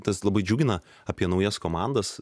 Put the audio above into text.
tas labai džiugina apie naujas komandas